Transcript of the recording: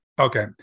Okay